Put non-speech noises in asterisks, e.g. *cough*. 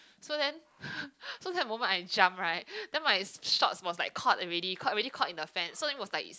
so then *laughs* so that moment I jump right then my shorts was like caught already caught already caught in the fence so then it was like